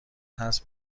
هست